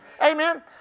Amen